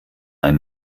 ein